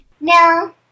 no